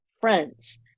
friends